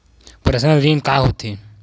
Personal ऋण का होथे?